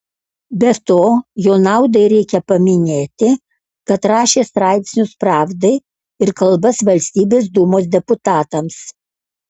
be to jo naudai reikia paminėti kad rašė straipsnius pravdai ir kalbas valstybės dūmos deputatams